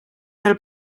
del